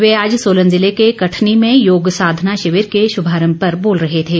वे आज सोलन ज़िले के कठनी में योग साधना शिविर के शुभारम्भ पर बोल रहे थे